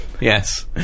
Yes